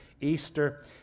Easter